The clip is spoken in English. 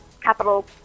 capital